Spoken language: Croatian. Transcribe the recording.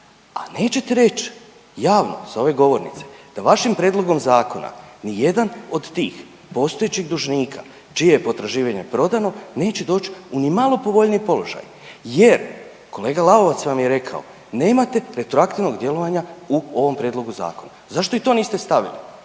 a nećete reć javno s ove govornice da vašim prijedlogom zakona nijedan od tih postojećih dužnika čije je potraživanje prodano neće doć u nimalo povoljniji položaj jer kolega Lalovac vam je rekao nemate retroaktivnog djelovanja u ovom prijedlogu zakona. Zašto i to niste stavili?